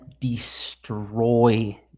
destroy